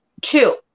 Two